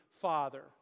father